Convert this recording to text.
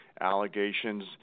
allegations